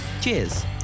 Cheers